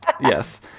yes